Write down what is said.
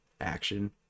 action